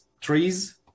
trees